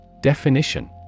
Definition